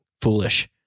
foolish